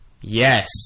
Yes